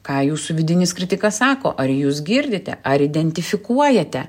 ką jūsų vidinis kritikas sako ar jūs girdite ar identifikuojate